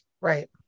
right